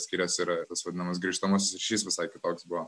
skiriasi yra tas vadinamas grįžtamasis ryšys visai kitoks buvo